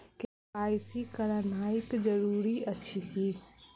KYC करानाइ जरूरी अछि की?